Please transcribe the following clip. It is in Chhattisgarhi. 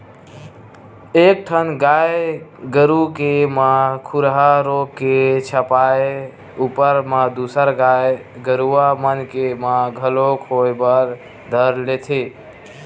एक ठन गाय गरु के म खुरहा रोग के छपाय ऊपर म दूसर गाय गरुवा मन के म घलोक होय बर धर लेथे